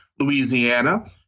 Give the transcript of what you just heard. Louisiana